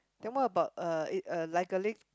then what about uh it uh like a lit